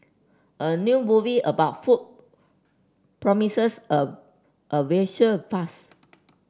a new movie about food promises a a visual fast